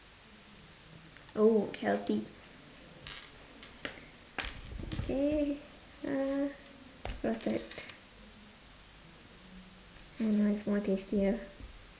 oh healthy eh uh roasted it's much more tastier